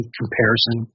comparison